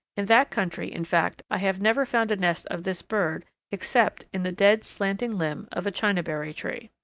in that country, in fact, i have never found a nest of this bird except in the dead, slanting limb of a chinaberry tree.